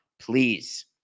please